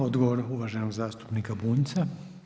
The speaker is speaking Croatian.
Odgovor uvaženog zastupnika Bunjca.